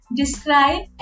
describe